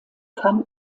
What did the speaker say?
cannes